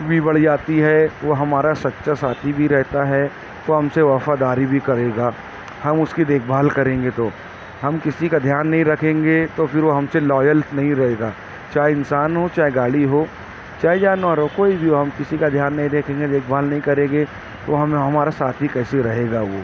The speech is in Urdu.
بھی بڑھ جاتی ہے وہ ہمارا سچا ساتھی بھی رہتا ہے تو ہم سے وفاداری بھی کرے گا ہم اس کی دیکھ بھال کریں گے تو ہم کسی کا دھیان نہیں رکھیں گے تو پھر وہ ہم سے لایل نہیں رہے گا چاہے انسان ہو گاڑی ہو چاہے جانور ہو کوئی بھی ہو ہم کسی کا دھیان نہیں دیکھیں گے دیکھ بھال نہیں کریں گے وہ ہم ہمارا ساتھی کیسے رہے گا وہ